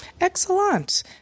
Excellent